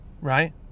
right